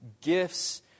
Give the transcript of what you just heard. gifts